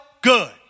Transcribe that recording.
good